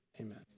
amen